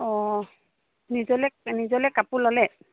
অঁ নিজলৈ নিজলৈ কাপোৰ ল'লে